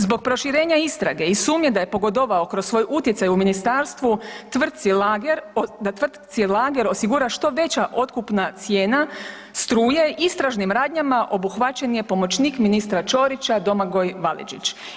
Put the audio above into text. Zbog proširenja istrage i sumnje da je pogodovao kroz svoj utjecaj u ministarstvu tvrtci Lager, da tvrtci Lager osigura se što veća otkupna cijena struje istražnim radnjama obuhvaćen je pomoćnik ministra Ćorića Domagoj Validžić.